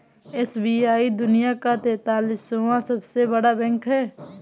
SBI दुनिया का तेंतालीसवां सबसे बड़ा बैंक है